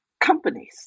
companies